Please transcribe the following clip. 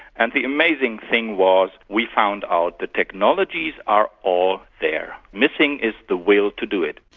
and the amazing thing was we found out the technologies are all there. missing is the will to do it.